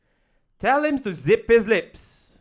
tell him to zip his lips